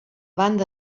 banda